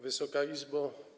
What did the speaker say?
Wysoka Izbo!